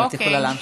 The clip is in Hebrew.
את יכולה להמשיך.